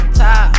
top